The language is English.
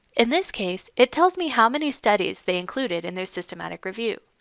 in this case, it tells me how many studies they included in their systematic review.